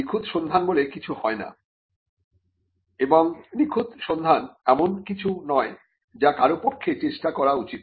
নিখুঁত সন্ধান বলে কিছু হয় না এবং নিখুঁত সন্ধান এমন কিছু নয় যা কারো পক্ষে চেষ্টা করা উচিত